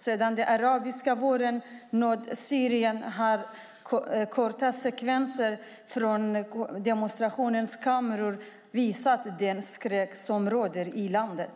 Sedan den arabiska våren nådde Syrien har korta sekvenser från demonstranters kameror visat den skräck som råder i landet.